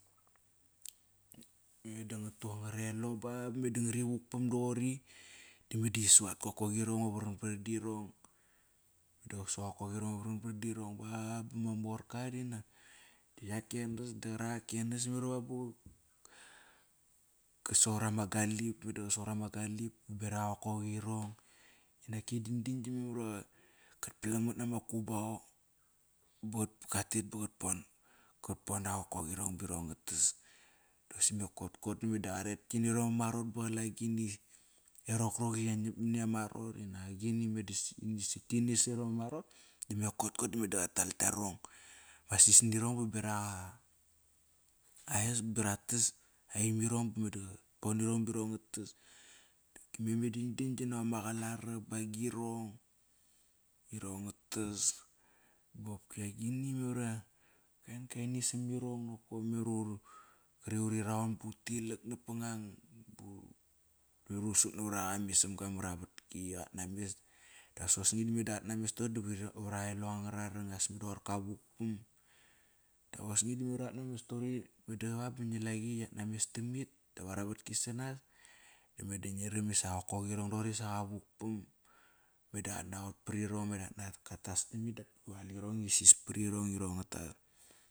Me da nga tu angra elo ba ba ngari vukpam doqori dame da qi su at kokoqirong i varvar dirong. Da qasu aqokoqirong varvar dirong ba bama morka dinak iqake enas da qarake enas memar va ba kaso rama galip, me da qa so rama galip bevak qokoqirong. Nak e dandan di memar ive qat plang mani ama kubao ba qa tet baqat bon. Qat bon a qokoirong ba irong nga tas. Da qosi me kotkot da me qaret ktinirong mara ma arot ba qala agini, e rokrok iyanap mani ama arot, inak agini me da saktini savera ama arot, dime kotkot da qa tal ktio rong, ama sis nirong ba berak aa, aes bra tas. Aimirong ba me da bonirong birong nga tas. Doqopki me-me dandan diama qalarap ba agirong irong nga tas ba qopki agini memar iva kainkain isamirong nokp me rhoqor qari uri raun ba utilak napang bu uri sut navar aqa ma isamga mara vatki qatna mes. Das osni meda qatnames toqori da var aa elo anga rarang as me da qoir ka vukpam. Da osni da memar iqatna mes toqori meda qa ba ngi laqi qatnames tamit dap ara vatki sanas dame da ngi rami sa aqokkoqirong doqori sa qa vukpam. Meda qatnagot parirong, meda qat tas tamit, dap kalirong i isis pari rong irong nga tas.